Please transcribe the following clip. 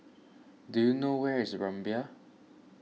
do you know where is Rumbia